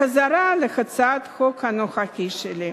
בחזרה להצעת החוק הנוכחית שלי,